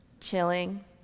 chilling